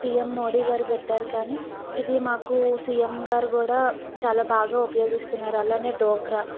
PM Modi గారు పెట్టారు కానీ ఇది మాకు సీఎం గారు కూడా చాలా బాగా ఉపయోగిస్తున్నారు అలానే డ్వాక్రా